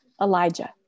Elijah